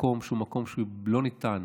מקום שהוא מקום שלא ניתן